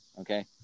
Okay